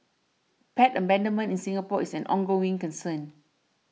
pet abandonment in Singapore is an ongoing concern